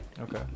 Okay